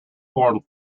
formed